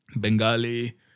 Bengali